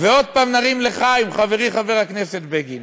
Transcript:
ועוד פעם נרים לחיים, חברי חבר הכנסת בגין.